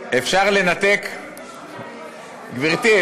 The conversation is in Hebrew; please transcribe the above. גברתי,